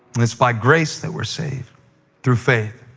it's by grace that we're saved through faith,